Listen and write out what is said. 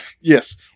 Yes